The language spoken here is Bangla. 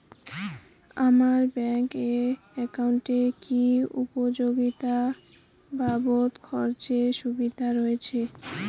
আমার ব্যাংক এর একাউন্টে কি উপযোগিতা বাবদ খরচের সুবিধা রয়েছে?